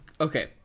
Okay